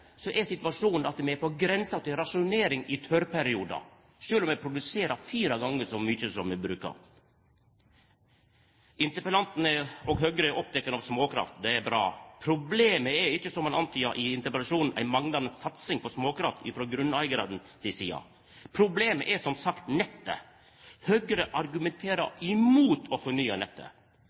er situasjonen slik at vi er på grensa til rasjonering i tørrperiodar, sjølv om vi produserer fire gonger så mykje som vi brukar. Interpellanten og Høgre er opptekne av småkraft. Det er bra. Problemet er ikkje – som han antydar i interpellasjonen – ei manglande satsing på småkraft frå grunneigarane si side. Problemet er som sagt nettet. Høgre argumenterer imot å fornya nettet.